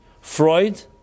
Freud